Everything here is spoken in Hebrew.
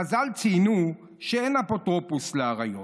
חז"ל ציינו שאין אפוטרופוס לאריות.